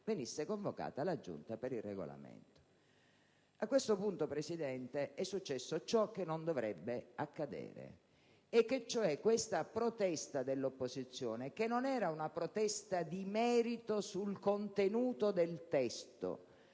venisse convocata la Giunta per il Regolamento. A questo punto, Presidente, è successo ciò che non dovrebbe accadere, e cioè che, a questa protesta dell'opposizione, che non riguardava il merito, il contenuto del testo,